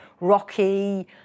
rocky